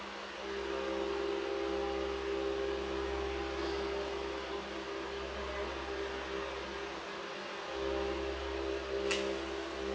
mmhmm